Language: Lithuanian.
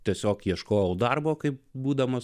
tiesiog ieškojau darbo kaip būdamas